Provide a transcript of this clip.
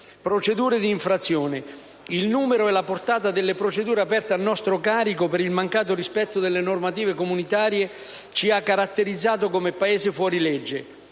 procedure di infrazione, il numero e la portata delle procedure aperte a nostro carico per il mancato rispetto delle normative comunitarie ci ha tristemente caratterizzato come paese fuorilegge.